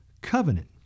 covenant